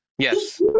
Yes